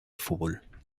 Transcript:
fútbol